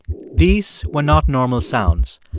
these were not normal sounds.